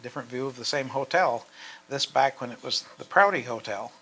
different view of the same hotel this back when it was the priority hotel